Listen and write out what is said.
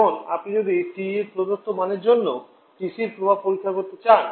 এখন আপনি যদি TEর প্রদত্ত মানের জন্য টিসির প্রভাব পরীক্ষা করতে চান